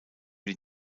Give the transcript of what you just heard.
die